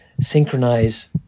synchronize